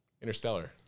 Interstellar